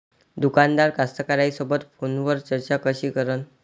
दुकानदार कास्तकाराइसोबत फोनवर चर्चा कशी करन?